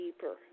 deeper